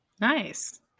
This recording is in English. Nice